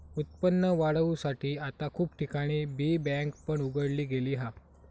उत्पन्न वाढवुसाठी आता खूप ठिकाणी बी बँक पण उघडली गेली हा